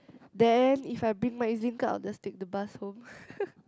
then if I bring my Ezlink card I'll just take the bus home